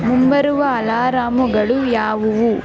ಮುಂಬರುವ ಅಲರಾಮುಗಳು ಯಾವುವು